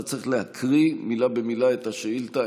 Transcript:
אתה צריך להקריא מילה במילה את השאילתה,